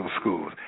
schools